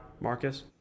Marcus